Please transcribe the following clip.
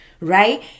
right